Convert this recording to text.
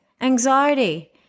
anxiety